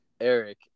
Eric